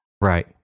Right